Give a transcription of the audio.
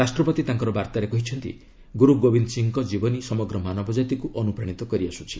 ରାଷ୍ଟ୍ରପତି ତାଙ୍କ ବାର୍ତ୍ତାରେ କହିଛନ୍ତି ଗୁରୁ ଗୋବିନ୍ଦ ସିଂହଙ୍କ ଜୀବନୀ ସମଗ୍ର ମାନବ ଜାତିକୁ ଅନୁପ୍ରାଣିତ କରିଆସୁଛି